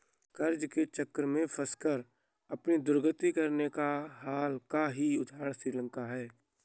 कर्ज के चक्र में फंसकर अपनी दुर्गति कराने का हाल का ही उदाहरण श्रीलंका है